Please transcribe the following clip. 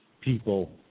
people